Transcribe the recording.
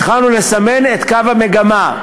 התחלנו לסמן את קו המגמה,